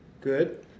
good